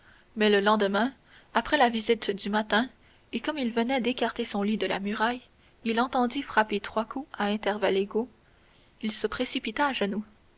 mais le lendemain après la visite du matin et comme il venait d'écarter son lit de la muraille il entendit frapper trois coups à intervalles égaux il se précipita à genoux